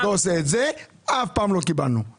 אני נלחם בשביל ילד בחינוך הממלכתי דתי,